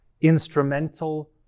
instrumental